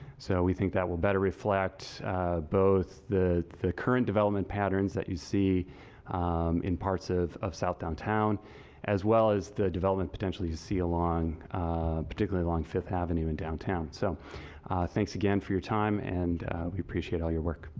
so we think that will better reflect both the the current development patterns that you see in parts of of south downtown as well as the development potential you see along particularly fifth avenue in downtown. so thanks again for your time and we appreciate your work